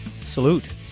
salute